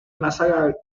masa